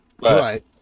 right